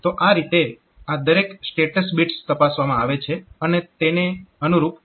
તો આ રીતે આ દરેક સ્ટેટસ બિટ્સ તપાસવામાં આવે છે અને તેને અનુરૂપ જમ્પ થશે